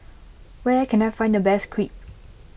where can I find the best Crepe